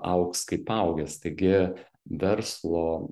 augs kaip augęs taigi verslo